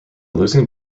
losing